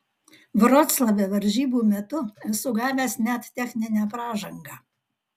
vroclave varžybų metu esu gavęs net techninę pražangą